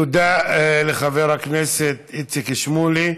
תודה לחבר הכנסת איציק שמולי.